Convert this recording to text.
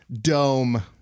Dome